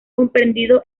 comprendido